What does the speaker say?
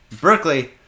Berkeley